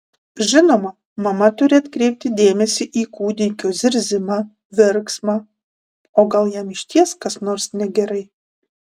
žinoma mama turi atkreipti dėmesį į kūdikio zirzimą verksmą o gal jam išties kas nors negerai